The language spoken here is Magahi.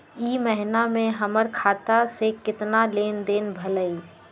ई महीना में हमर खाता से केतना लेनदेन भेलइ?